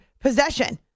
possession